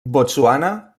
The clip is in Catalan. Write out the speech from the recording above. botswana